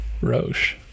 Roche